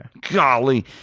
Golly